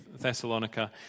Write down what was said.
Thessalonica